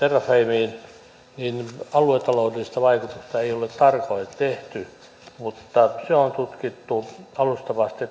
niin aluetaloudellisten vaikutusten arviota ei ole tarkoin tehty mutta se on tutkittu alustavasti